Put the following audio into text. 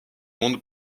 monde